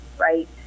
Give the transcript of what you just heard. right